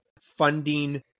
funding